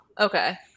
Okay